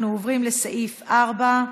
אנחנו עוברים לסעיף 4,